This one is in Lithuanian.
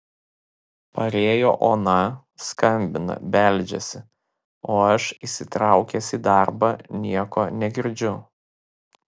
parėjo ona skambina beldžiasi o aš įsitraukęs į darbą nieko negirdžiu